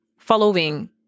Following